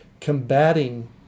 combating